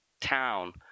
town